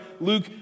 Luke